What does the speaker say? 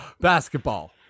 basketball